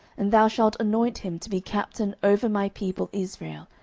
and thou shalt anoint him to be captain over my people israel,